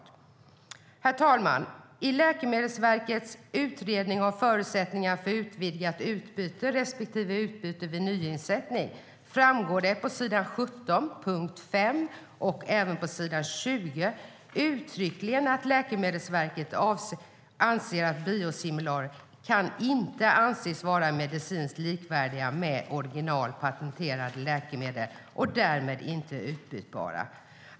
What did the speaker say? Herr talman! I Läkemedelsverkets Utredning av förutsättningar för utvidgat utbyte respektive utbyte vid nyinsättning framgår det på s. 17 punkt 5 och även på s. 20 uttryckligen att Läkemedelsverket anser att biosimilarer "inte kan anses vara medicinskt likvärdiga med original/patenterade läkemedel och därmed inte utbytbara".